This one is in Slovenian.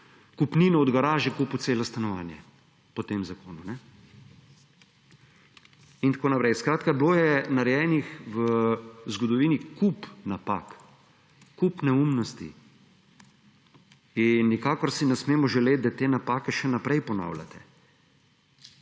kupnino od garaže kupil celo stanovanje, po tem zakonu in tako naprej. Skratka, bilo je narejenih v zgodovini kup napak, neumnosti in nikar si ne smemo želeti, da te napaka še naprej ponavljate.